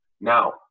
Now